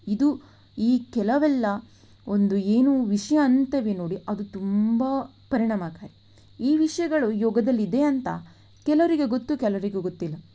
ಇದು ಈ ಕೆಲವೆಲ್ಲ ಒಂದು ಏನು ವಿಷಯ ಅಂತೇವೆ ನೋಡಿ ಅದು ತುಂಬ ಪರಿಣಾಮಕಾರಿ ಈ ವಿಷಯಗಳು ಯೋಗದಲ್ಲಿ ಇದೆ ಅಂತ ಕೆಲವರಿಗೆ ಗೊತ್ತು ಕೆಲವರಿಗೆ ಗೊತ್ತಿಲ್ಲ